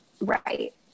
right